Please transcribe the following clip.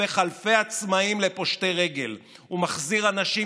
הופך אלפי עצמאים לפושטי רגל ומחזיר אנשים